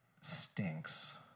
stinks